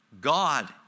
God